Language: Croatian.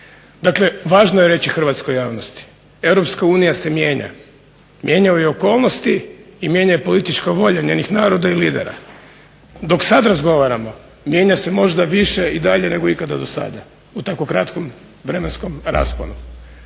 Dakle, važno je reći hrvatskoj javnosti Europska unija se mijenja. Mijenjaju je okolnosti i mijenja je politička volja njenih naroda i lidera. Dok sad razgovaramo mijenja se možda više i dalje nego ikada do sada u tako kratkom vremenskom rasponu.